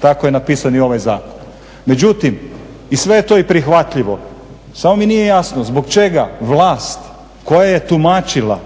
tako je napisan i ovaj zakon. Međutim i sve je to i prihvatljivo, samo mi nije jasno zbog čega vlast koja je tumačila